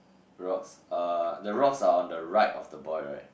rocks uh the rocks are on the right of the boy right